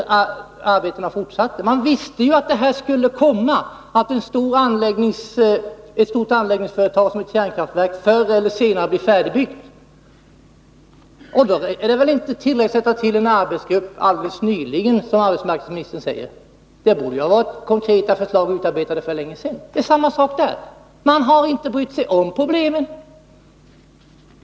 Man visste att detta skulle komma, att ett så stort anläggningsföretag som ett kärnkraftverk förr eller senare skulle blir färdigbyggt. Då är det välinte tillräckligt att man har satt till en arbetsgrupp ”alldeles nyligen” , som arbetsmarknadsministern säger. Det borde ha funnits konkreta förslag utarbetade för länge sedan. Man har inte brytt sig om problemen.